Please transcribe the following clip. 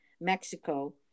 Mexico